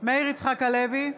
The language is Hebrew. מאיר יצחק הלוי,